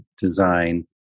design